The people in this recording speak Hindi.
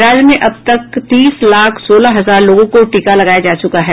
राज्य में अब तक तीस लाख सोलह हजार लोगों को टीका लगाया जा चुका है